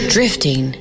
Drifting